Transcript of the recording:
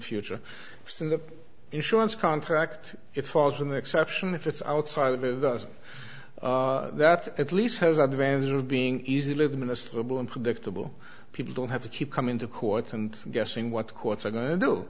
future and the insurance contract it falls on the exception if it's outside the us that at least has the advantage of being easy living in a stable and predictable people don't have to keep coming to court and guessing what courts are going to do